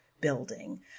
building